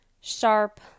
sharp